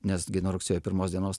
nes gi nuo rugsėjo pirmos dienos